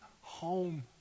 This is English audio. home